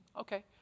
Okay